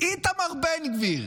איתמר בן גביר.